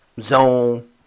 Zone